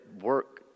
work